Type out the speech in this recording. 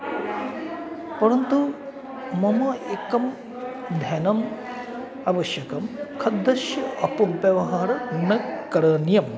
परन्तु मम एकं धनम् आवश्यकं खाद्यस्य अपव्यवहारः न करणीयम्